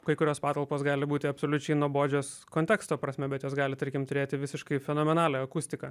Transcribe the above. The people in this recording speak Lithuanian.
kai kurios patalpos gali būti absoliučiai nuobodžios konteksto prasme bet jos gali tarkim turėti visiškai fenomenalią akustika